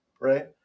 right